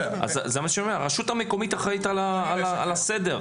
הרשות המקומית אחראית על הסדר,